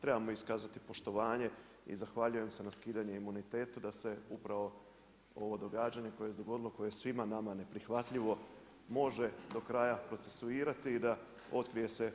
Trebamo iskazati poštovanje i zahvaljujem na skidanju imuniteta, da se upravo ovo događanje, koje se dogodilo koje je svima nama neprihvatljivo može do kraja procesuirati i da otkrije se,